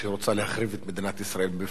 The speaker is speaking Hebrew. שרוצה להחריב את מדינת ישראל מבפנים,